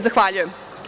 Zahvaljujem.